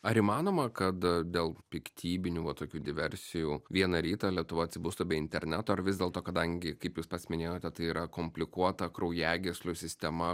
ar įmanoma kad dėl piktybinių va tokių diversijų vieną rytą lietuva atsibustų be interneto ar vis dėlto kadangi kaip jūs pats minėjote tai yra komplikuota kraujagyslių sistema